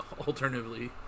alternatively